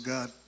God